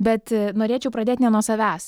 bet norėčiau pradėt ne nuo savęs